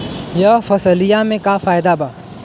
यह फसलिया में का फायदा बा?